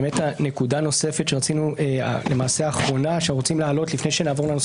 הנקודה למעשה האחרונה שאנחנו רוצים להעלות לפני שנעבור לנושא